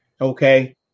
Okay